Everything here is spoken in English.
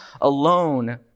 alone